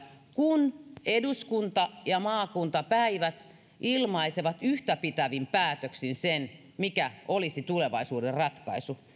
kun eduskunta ja maakuntapäivät ilmaisevat yhtäpitävin päätöksin sen mikä olisi tulevaisuuden ratkaisu